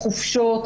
חופשות,